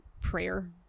prayer